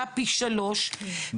אמת, או